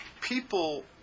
people